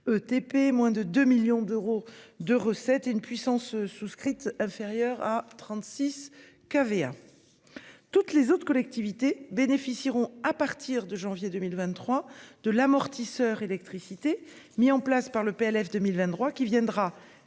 moins de 2 millions d'euros de recettes et une puissance souscrite inférieure à 36 KV à. Toutes les autres collectivités bénéficieront à partir de janvier 2023 de l'amortisseur électricité mis en place par le PLF 2023 qui viendra